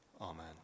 Amen